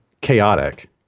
chaotic